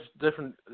different